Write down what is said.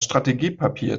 strategiepapier